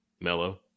Mellow